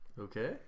Okay